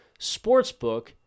sportsbook